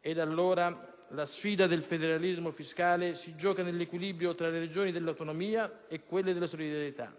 Ed allora la sfida del federalismo fiscale si gioca nell'equilibrio tra le ragioni dell'autonomia e quelle della solidarietà.